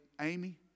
Amy